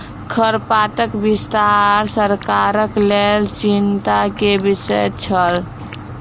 खरपातक विस्तार सरकारक लेल चिंता के विषय छल